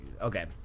Okay